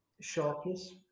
sharpness